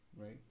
right